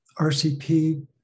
RCP